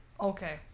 okay